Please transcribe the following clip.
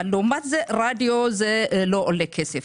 או להוט להוציא כל חודש 300 שקל אבל רדיו זה לא עולה כסף.